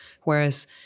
whereas